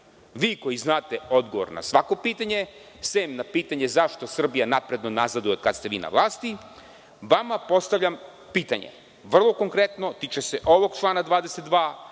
vi koji znate odgovor na svako pitanje, sem na pitanje zašto Srbija napredno nazaduje od kada ste vi na vlasti, odgovorite na pitanje vrlo konkretno, a tiče člana 22.